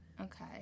Okay